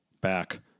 back